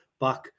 back